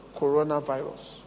coronavirus